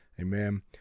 Amen